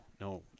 no